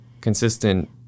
consistent